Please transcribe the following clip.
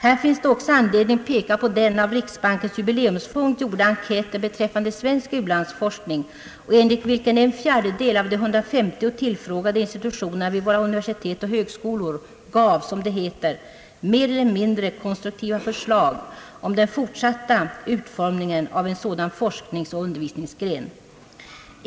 Här finns det dock anledning peka på den av riksbankens jubileumsfond gjorda enkäten beträffande svensk u-landsforskning och enligt vilken en fjärdedel av de 150 tillfrågade institutionerna vid våra universitet och högskolor gav, som det heter, »mer eller mindre konstruktiva förslag om den fortsatta utformningen av en sådan forskningsoch undervisningsgren».